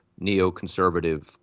neoconservative